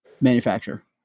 manufacturer